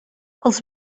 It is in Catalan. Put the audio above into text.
els